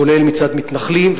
כולל מצד מתנחלים,